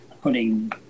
putting